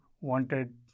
wanted